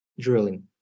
drilling